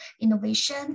innovation